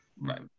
Right